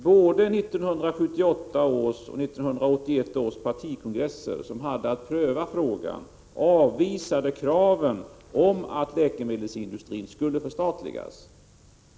Både 1978 och 1981 års partikongresser, som hade att pröva frågan, avvisade kraven på att läkemedelsindustrin skulle förstatligas.